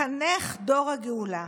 מחנך דור הגאולה.